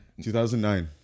2009